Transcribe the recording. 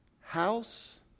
House